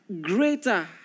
greater